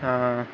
ہاں